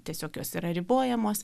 tiesiog jos yra ribojamos